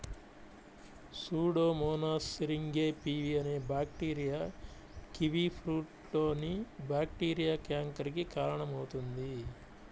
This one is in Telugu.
సూడోమోనాస్ సిరింగే పివి అనే బ్యాక్టీరియా కివీఫ్రూట్లోని బ్యాక్టీరియా క్యాంకర్ కి కారణమవుతుంది